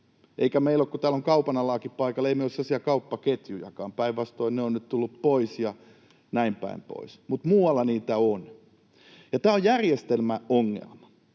Eikä meillä ole — kun täällä on kaupanalaakin paikalla — myöskään sellaisia kauppaketjujakaan, vaan päinvastoin ne ovat nyt tulleet pois ja näin poispäin. Mutta muualla niitä on. Tämä on järjestelmäongelma,